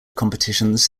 competitions